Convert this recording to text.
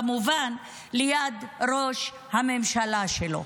כמובן עם ראש הממשלה שלו.